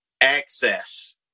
access